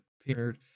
appeared